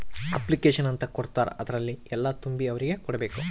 application ಅಂತ ಕೊಡ್ತಾರ ಅದ್ರಲ್ಲಿ ಎಲ್ಲ ತುಂಬಿ ಅವ್ರಿಗೆ ಕೊಡ್ಬೇಕು